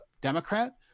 Democrat